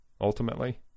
Ultimately